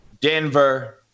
Denver